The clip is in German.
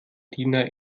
diener